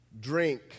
drink